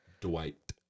Dwight